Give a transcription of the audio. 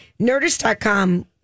Nerdist.com